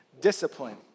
discipline